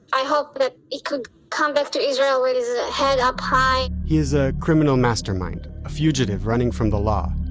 i hope that he can come back to israel with his head up high he is a criminal mastermind, a fugitive running from the law.